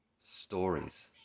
stories